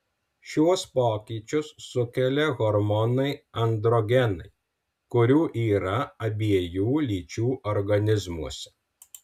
šiuos pokyčius sukelia hormonai androgenai kurių yra abiejų lyčių organizmuose